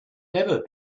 never